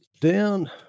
down